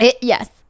yes